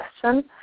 question